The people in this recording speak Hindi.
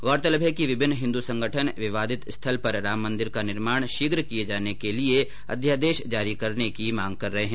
गौरतलब है विभिन्न हिंद संगठन विवादित स्थल पर राम मंदिर का निर्माण शीघ्र किये जाने के लिये अध्यादेश जारी करने की मांग कर रहे है